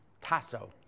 Tasso